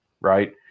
right